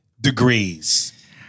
degrees